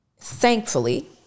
Thankfully